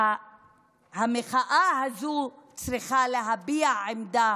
המחאה הזאת צריכה להביע עמדה